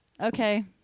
okay